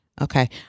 Okay